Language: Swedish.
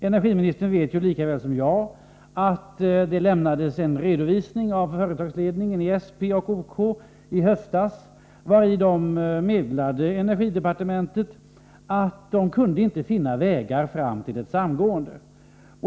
Energiministern vet lika väl som jag att företagsledningarna för SP och OK i höstas lämnade en redovisning, där man meddelade energiministerns departement att man inte kunde finna någon väg att nå fram till ett samgående.